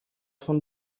von